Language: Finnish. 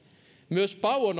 myös pau on